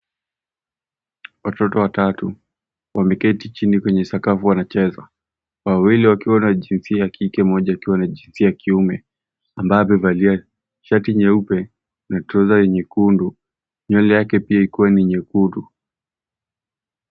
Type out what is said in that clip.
Watoto watatu wameketi chini kwenye sakafu wanacheza, wawili wakiwa na jinsia ya kike mmoja akiwa na jinsia ya kiume ambaye amevalia shati nyeupe na troza nyekundu, nyele yake pia ikiwa ni nyekundu.